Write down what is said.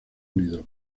unido